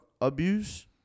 abuse